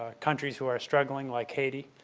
ah countries who are struggling like haiti